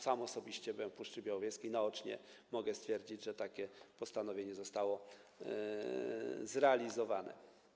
Sam osobiście byłem w Puszczy Białowieskiej, naocznie mogę stwierdzić, że takie postanowienie zostało zrealizowane.